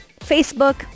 Facebook